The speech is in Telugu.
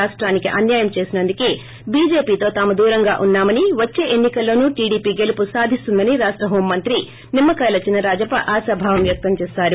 రాష్టానికి అన్యాయం చేసినందుకే బిజెపితో తాము దూరంగా ఉన్నామని వచ్చే ఎన్నికల్లోనూ చిడిపి గెలుపు సాధిస్తుందని రాష్ట హోంమంత్రి నిమ్మ కాయల చీనరాజప్ప ఆశాభావం వ్యక్తం చేశారు